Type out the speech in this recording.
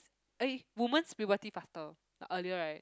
uh woman's puberty faster earlier right